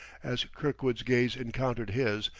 as kirkwood's gaze encountered his,